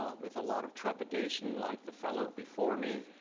um with a lot of trepidation, like the fellow before me.